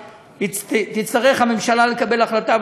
תצטרך הממשלה לקבל החלטה,